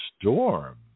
storm